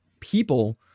people